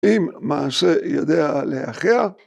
אם מעשה יודע להחייאת